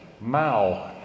Mao